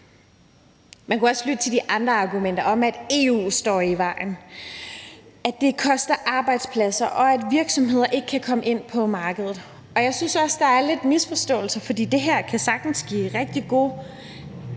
Man kunne også lytte til de andre argumenter om, at EU står i vejen, at det koster arbejdspladser, og at virksomheder ikke kan komme ind på markedet. Jeg synes, at der er lidt misforståelser, for det her kan sagtens gøre godt, og